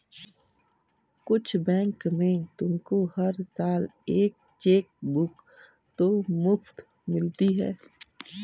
कुछ बैंक में तुमको हर साल एक चेकबुक तो मुफ़्त मिलती है